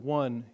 one